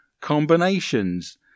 combinations